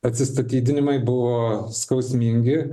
atsistatydinimai buvo skausmingi